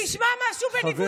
תשמע משהו בניווטים.